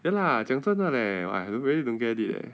ya lah 讲真的 leh I don't really don't get it leh